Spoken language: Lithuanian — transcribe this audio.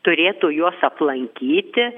turėtų juos aplankyti